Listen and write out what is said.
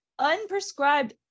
unprescribed